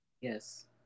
Yes